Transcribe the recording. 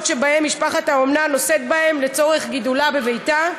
שמשפחת האומנה נושאת בהן לצורך גידולו בביתה,